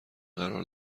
قرار